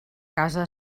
casa